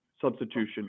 substitution